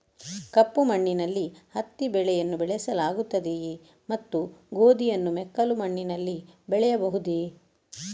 ಕಪ್ಪು ಮಣ್ಣಿನಲ್ಲಿ ಹತ್ತಿ ಬೆಳೆಯನ್ನು ಬೆಳೆಸಲಾಗುತ್ತದೆಯೇ ಮತ್ತು ಗೋಧಿಯನ್ನು ಮೆಕ್ಕಲು ಮಣ್ಣಿನಲ್ಲಿ ಬೆಳೆಯಬಹುದೇ?